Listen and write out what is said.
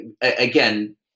again